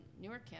Newark